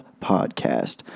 Podcast